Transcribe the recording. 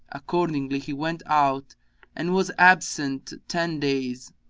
accordingly he went out and was absent ten days,